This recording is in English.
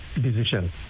decision